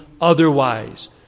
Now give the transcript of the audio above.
otherwise